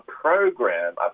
program